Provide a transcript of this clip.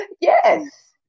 Yes